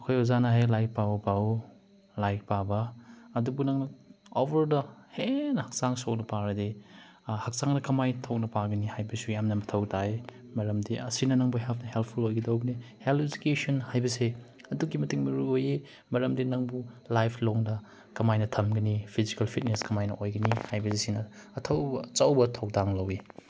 ꯑꯩꯈꯣꯏ ꯑꯣꯖꯥꯅ ꯍꯥꯏꯌꯦ ꯂꯥꯏꯔꯤꯛ ꯄꯥꯎꯑꯣ ꯄꯥꯎꯑꯣ ꯂꯥꯏꯔꯤꯛ ꯄꯥꯕ ꯑꯗꯨꯕꯨ ꯅꯪꯅ ꯑꯣꯕꯔꯗ ꯍꯦꯟꯅ ꯍꯛꯆꯥꯡ ꯁꯣꯛꯅ ꯄꯥꯔꯗꯤ ꯍꯛꯆꯥꯡꯗ ꯀꯃꯥꯏꯅ ꯊꯣꯛꯅ ꯄꯥꯒꯅꯤ ꯍꯥꯏꯕꯁꯨ ꯌꯥꯝꯅ ꯃꯊꯧ ꯇꯥꯏ ꯃꯔꯝꯗꯤ ꯑꯁꯤꯅ ꯅꯪꯕꯨ ꯍꯦꯟꯅ ꯍꯦꯜꯞꯐꯨꯜ ꯑꯣꯏꯒꯗꯧꯕꯅꯤ ꯍꯦꯜꯊ ꯏꯁ ꯏꯖꯨꯀꯦꯁꯟ ꯍꯥꯏꯕꯁꯤ ꯑꯗꯨꯛꯀꯤ ꯃꯇꯤꯛ ꯃꯔꯨꯑꯣꯏꯌꯦ ꯃꯔꯝꯗꯤ ꯅꯪꯕꯨ ꯂꯥꯏꯐ ꯂꯣꯡꯗ ꯀꯃꯥꯏꯅ ꯊꯝꯒꯅꯤ ꯐꯤꯖꯤꯀꯦꯜ ꯐꯤꯠꯅꯦꯁ ꯀꯃꯥꯏꯅ ꯑꯣꯏꯒꯅꯤ ꯍꯥꯏꯕꯁꯤꯅ ꯑꯊꯧꯕ ꯑꯆꯧꯕ ꯊꯧꯗꯥꯡ ꯂꯧꯏ